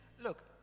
Look